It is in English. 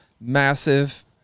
massive